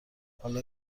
حالا